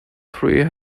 three